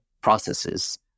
processes